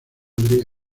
madre